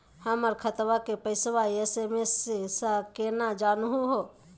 हमर खतवा के पैसवा एस.एम.एस स केना जानहु हो?